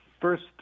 first